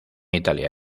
italia